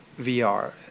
VR